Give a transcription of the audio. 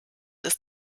ist